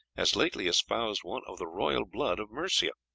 has lately espoused one of the royal blood of mercia.